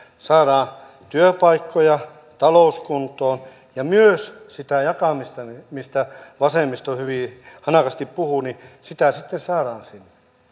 saadaan työpaikkoja talous kuntoon ja myös sitä jakamista mistä vasemmisto hyvin hanakasti puhuu sitten saadaan sinne